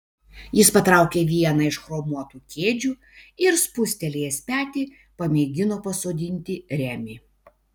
jis patraukė vieną iš chromuotų kėdžių ir spustelėjęs petį pamėgino pasodinti remį